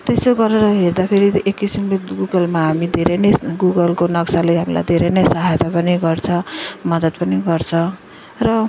त्यसो गरेर हेर्दाफेरि एक किसिमले गुगलमा हामी धेरै नै गुगलको नक्साले हामीलाई धेरै नै सहायता पनि गर्छ मदत पनि गर्छ र